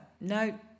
no